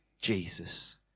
Jesus